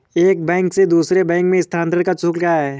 एक बैंक से दूसरे बैंक में स्थानांतरण का शुल्क क्या है?